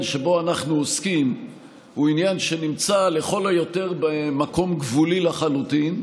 שבו אנחנו עוסקים הוא עניין שנמצא לכל היותר במקום גבולי לחלוטין.